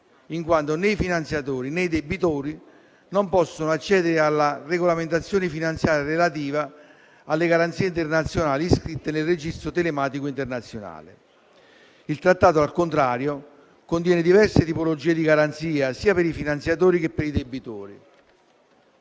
in quanto né i finanziatori, né i debitori possono accedere alla regolamentazione finanziaria relativa alle garanzie internazionali iscritte nel registro telematico internazionale. Il Trattato, al contrario, contiene diverse tipologie di garanzia sia per i finanziatori che per i debitori.